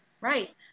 right